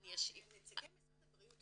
נציגי משרד הבריאות כאן?